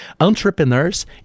entrepreneurs